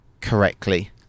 correctly